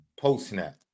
post-snap